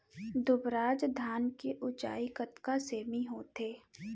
दुबराज धान के ऊँचाई कतका सेमी होथे?